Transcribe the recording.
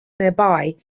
nearby